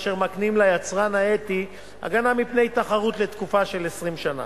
אשר מקנים ליצרן האתי הגנה מפני תחרות לתקופה של 20 שנה.